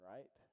Right